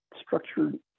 structured